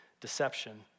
deception